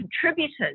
contributors